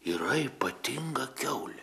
yra ypatinga kiaulė